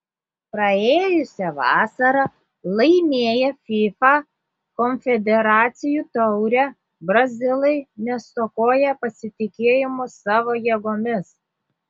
praėjusią vasarą laimėję fifa konfederacijų taurę brazilai nestokoja pasitikėjimo savo jėgomis